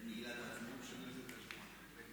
אני ממש תמה על ההתנהלות של אכיפה בררנית.